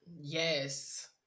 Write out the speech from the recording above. Yes